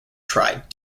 tried